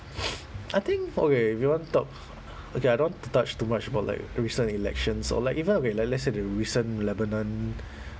I think okay if you want to talk okay I don't want to touch too much about like the recent elections or like even okay like let's say the recent lebanon